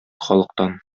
халыктан